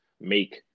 make